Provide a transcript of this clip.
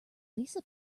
lisa